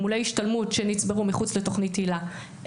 גמולי השתלמות שנצברו מחוץ לתוכנית היל"ה,